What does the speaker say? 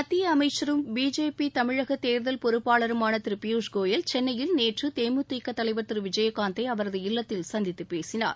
மத்திய அமைச்சரும் பிஜேபி தமிழக தேர்தல் பொறுப்பாளருமான திரு பியூஷ் கோயல் சென்னையில் நேற்று தேமுதிக தலைவர் திரு விஜயகாந்தை அவரது இல்லத்தில் சந்தித்துப் பேசினார்